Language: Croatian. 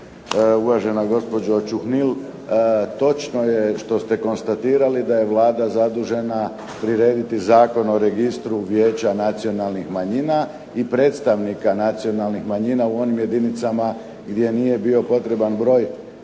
uvažena gospođo Čuhnil. Točno je što ste konstatirali da je Vlada zadužena prirediti Zakon o registru Vijeća nacionalnih manjina, i predstavnika nacionalnih manjina u onim jedinicama gdje nije bio potreban broj